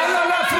נא לא להפריע.